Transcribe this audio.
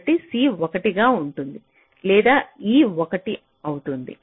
కాబట్టి c 1 గా ఉంటుంది లేదా e 1 అవుతుంది